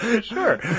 Sure